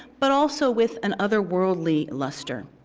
but also with an otherworldly luster.